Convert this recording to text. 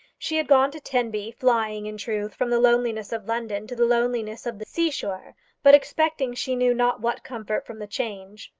she had gone to tenby, flying, in truth, from the loneliness of london to the loneliness of the sea-shore but expecting she knew not what comfort from the change.